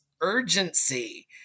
urgency